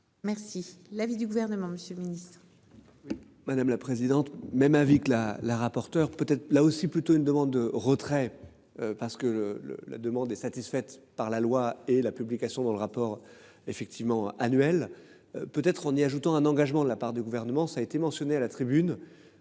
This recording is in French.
Merci. L'avis du gouvernement, Monsieur le Ministre. Madame la présidente. Même avis que la la rapporteure peut être là aussi plutôt une demande de retrait. Parce que le, le, la demande est satisfaite par la loi et la publication dans le rapport effectivement annuel. Peut être en y ajoutant un engagement de la part du gouvernement. Ça a été mentionné à la tribune.